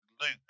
Luke